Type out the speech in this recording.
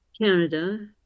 Canada